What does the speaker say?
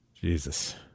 Jesus